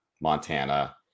Montana